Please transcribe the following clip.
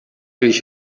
ریش